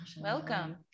welcome